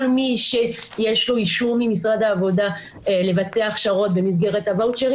כל מי שיש לו אישור ממשרד העבודה לבצע הכשרות במסגרת הוואוצ'רים